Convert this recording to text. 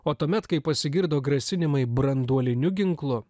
o tuomet kai pasigirdo grasinimai branduoliniu ginklu